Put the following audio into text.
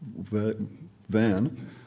van